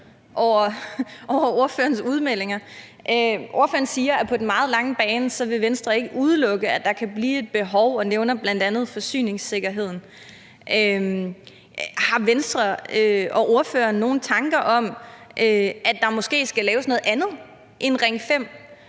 over ordførerens udmeldinger. Ordføreren siger, at på den lange bane vil Venstre ikke udelukke, at der kan blive et behov, og nævner bl.a. forsyningssikkerheden. Har Venstre og ordføreren nogen tanker om, at der måske skal laves noget andet end Ring 5?